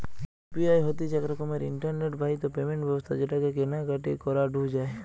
UPI হতিছে এক রকমের ইন্টারনেট বাহিত পেমেন্ট ব্যবস্থা যেটাকে কেনা কাটি করাঢু যায়